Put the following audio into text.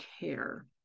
care